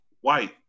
white